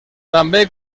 també